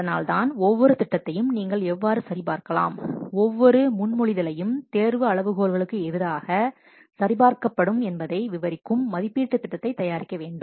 அதனால்தான் ஒவ்வொரு திட்டத்தையும் நீங்கள் எவ்வாறு சரிபார்க்கலாம் ஒவ்வொரு முன்மொழிதலையும் தேர்வு அளவுகோல்களுக்கு எதிராக சரிபார்க்கப்படும் என்பதை விவரிக்கும் மதிப்பீட்டு திட்டத்தை தயாரிக்க வேண்டும்